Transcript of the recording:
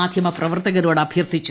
മാന്യമ പ്രവർത്തകരോട് അഭ്യർത്ഥിച്ചു